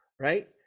right